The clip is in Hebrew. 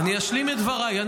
אני אשלים את דבריי.